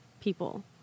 people